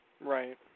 right